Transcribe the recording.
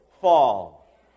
fall